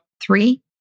Three